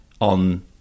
on